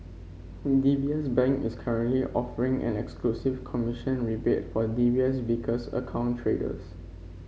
D B S Bank is currently offering an exclusive commission rebate for D B S Vickers account traders